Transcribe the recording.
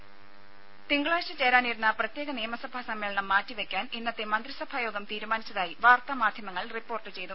രുമ തിങ്കളാഴ്ച ചേരാനിരുന്ന പ്രത്യേക നിയമസഭാ സമ്മേളനം മാറ്റിവെയ്ക്കാൻ ഇന്നത്തെ മന്ത്രിസഭാ യോഗം തീരുമാനിച്ചതായി വാർത്താ മാധ്യമങ്ങൾ റിപ്പോർട്ട് ചെയ്തു